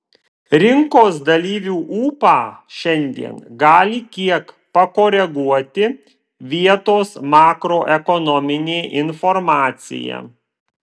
rinkos dalyvių ūpą šiandien gali kiek pakoreguoti vietos makroekonominė informacija